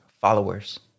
followers